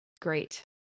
Great